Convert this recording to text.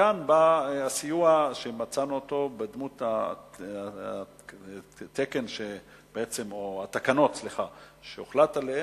כאן בא הסיוע שמצאנו אותו בדמות התקנות שהוחלט עליהן,